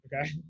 okay